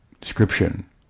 description